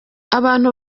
abantu